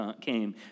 came